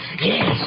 Yes